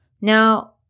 Now